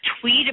Tweet